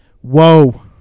Whoa